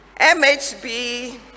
MHB